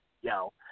yo